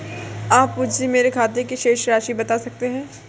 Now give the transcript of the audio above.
आप मुझे मेरे खाते की शेष राशि बता सकते हैं?